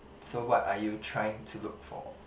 so what are you trying to look for